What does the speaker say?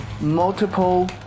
multiple